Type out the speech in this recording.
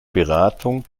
beratung